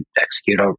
execute